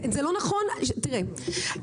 תראה,